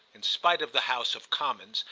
in spite of the house of commons,